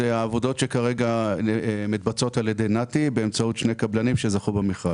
זה העבודות שכרגע מתבצעות על-ידי נת"י באמצעות שני קבלנים שזכו במכרז.